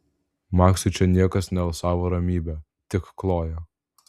maksui čia niekas nealsavo ramybe tik kloja